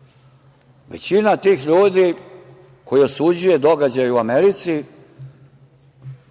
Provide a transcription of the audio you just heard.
rešili. Većina tih ljudi koji osuđuje događaje u Americi